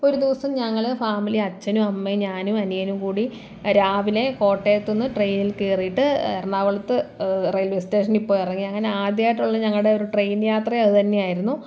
ഒരു ദിവസം ഞങ്ങൾ ഫാമിലി അച്ഛനും അമ്മയും ഞാനും അനിയനും കൂടി രാവിലെ കോട്ടയത്തൂന്ന് ട്രെയിനിൽ കയറിയിട്ട് എറണാകുളത്ത് റെയിൽവേ സ്റ്റേഷനിൽ പോയി ഇറങ്ങി അങ്ങനെ ആദ്യമായിട്ടുള്ള ഞങ്ങളുടെ ഒരു ട്രെയിൻ യാത്ര അത് തന്നെയായിരുന്നു